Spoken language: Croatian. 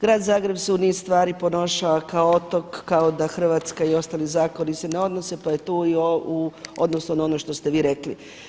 Grad Zagreb se u niz stvari ponaša kao otok, kao da Hrvatska i ostali zakoni se ne odnose, pa je i tu u odnosu na ono što ste vi rekli.